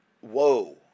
Whoa